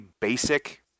basic